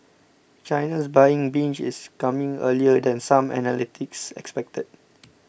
China's buying binge is coming earlier than some analysts expected